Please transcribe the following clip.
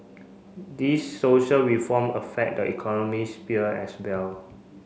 these social reform affect the economy sphere as well